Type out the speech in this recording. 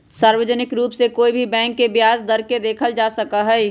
सार्वजनिक रूप से कोई भी बैंक के ब्याज दर के देखल जा सका हई